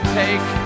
take